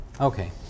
Okay